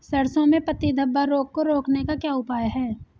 सरसों में पत्ती धब्बा रोग को रोकने का क्या उपाय है?